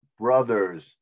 brothers